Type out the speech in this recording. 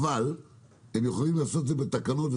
הם יכולים לעשות את זה בתקנות,